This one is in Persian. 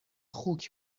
خوک